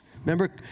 Remember